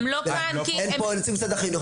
הם לא כאן כי --- אין פה נציגים של משרד החינוך?